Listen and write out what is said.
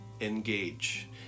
Engage